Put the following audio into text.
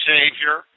Savior